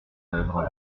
œuvre